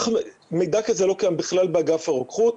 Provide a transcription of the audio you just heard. מידע כזה לא קיים בכלל באגף הרוקחות.